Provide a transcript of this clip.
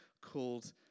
called